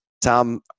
Tom